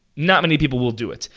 not many people will do it.